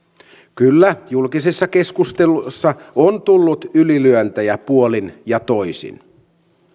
kyllä julkisissa keskusteluissa on tullut ylilyöntejä puolin ja toisin